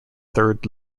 third